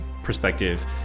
Perspective